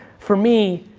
for me,